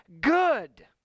good